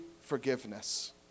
forgiveness